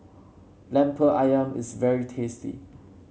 lemper ayam is very tasty